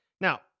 Now